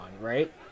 right